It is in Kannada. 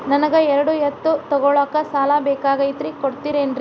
ನನಗ ಎರಡು ಎತ್ತು ತಗೋಳಾಕ್ ಸಾಲಾ ಬೇಕಾಗೈತ್ರಿ ಕೊಡ್ತಿರೇನ್ರಿ?